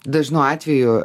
dažnu atveju